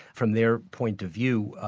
from their point of view,